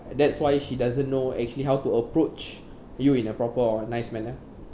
that's why she doesn't know actually how to approach you in a proper or nice manner